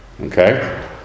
Okay